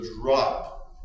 drop